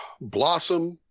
Blossom